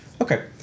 Okay